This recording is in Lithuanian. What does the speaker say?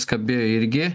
skambėjo irgi